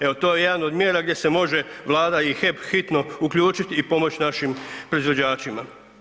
Evo to je jedan od mjera gdje se može Vlada i HEP hitno uključiti i pomoći našim proizvođačima.